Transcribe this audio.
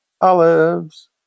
Olives